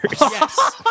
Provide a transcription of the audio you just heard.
Yes